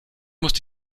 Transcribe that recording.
musste